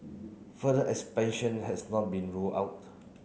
further expansion has not been ruled out